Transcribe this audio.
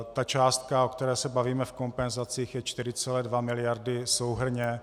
Ta částka, o které se bavíme v kompenzacích, je 4,2 miliardy souhrnně.